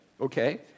Okay